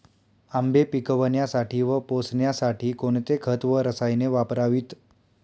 आंबे पिकवण्यासाठी व पोसण्यासाठी कोणते खत व रसायने वापरावीत?